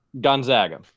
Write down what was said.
Gonzaga